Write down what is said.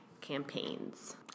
campaigns